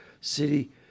city